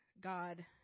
God